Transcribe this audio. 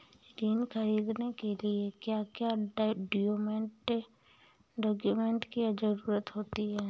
ऋण ख़रीदने के लिए क्या क्या डॉक्यूमेंट की ज़रुरत होती है?